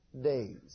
days